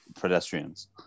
pedestrians